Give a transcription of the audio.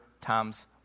times